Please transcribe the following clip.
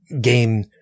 game